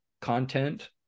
content